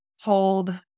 hold